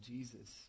Jesus